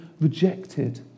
rejected